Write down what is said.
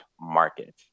market